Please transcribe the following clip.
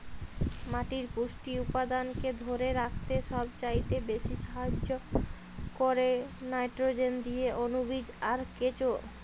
মাটির পুষ্টি উপাদানকে ধোরে রাখতে সবচাইতে বেশী সাহায্য কোরে নাইট্রোজেন দিয়ে অণুজীব আর কেঁচো